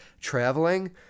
traveling